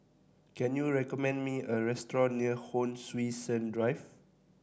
can you recommend me a restaurant near Hon Sui Sen Drive